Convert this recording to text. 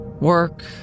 Work